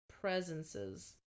presences